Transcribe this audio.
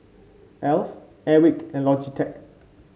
Alf Airwick and Logitech